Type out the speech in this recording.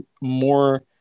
more